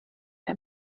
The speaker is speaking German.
der